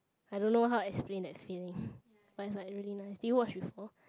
I don't know how I explain that feeling but it's like really nice did you watch before